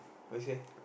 what you say